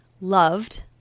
loved